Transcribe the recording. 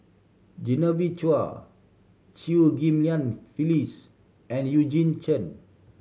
Genevieve Chua Chew Ghim Lian Phyllis and Eugene Chen